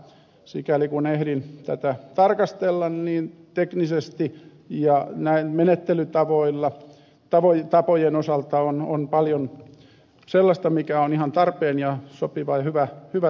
sikäli kuin ehdin tätä tarkastella niin teknisesti ja menettelytapojen osalta on paljon sellaista mikä on ihan tarpeen ja sopivaa ja hyvä toteuttaa